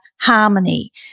harmony